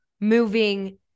moving